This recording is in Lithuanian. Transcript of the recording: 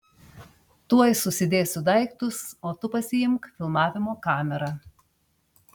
tuoj susidėsiu daiktus o tu pasiimk filmavimo kamerą